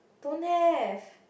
don't have